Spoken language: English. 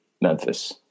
Memphis